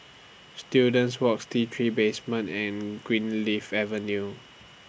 Students Walks T three Basement and Greenleaf Avenue